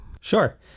Sure